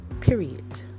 Period